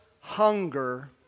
hunger